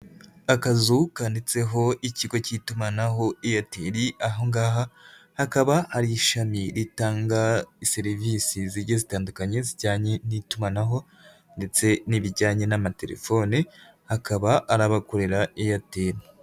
Akazu kandiditseho ikigo cy'itumanaho Airtel, aho ngaha hakaba ari ishami ritanga serivisi zitandukanye zijyanye n'itumanaho ndetse n'ibijyanye n'amatelefoni akaba arabakorera Airtel.